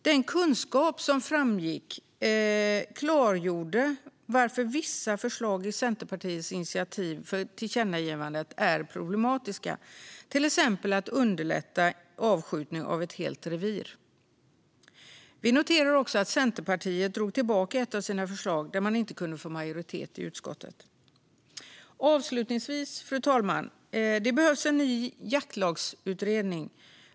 Den kunskap som framkom klargjorde varför vissa förslag i Centerpartiets initiativ för tillkännagivandet är problematiska, till exempel att underlätta avskjutning av ett helt revir. Vi noterar också att Centerpartiet drog tillbaka ett av sina förslag där man inte kunde få majoritet i utskottet Fru talman! Avslutningsvis: Det behövs en ny jaktlagsutredning.